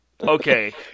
okay